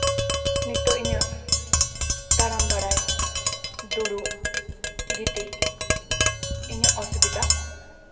ᱱᱤᱛᱚᱜ ᱤᱧᱟᱹᱜ ᱛᱟᱲᱟᱢ ᱵᱟᱲᱟᱭ ᱫᱩᱲᱩᱵ ᱜᱤᱛᱤᱡ ᱤᱧᱟᱹᱜ ᱚᱥᱩᱵᱤᱫᱟ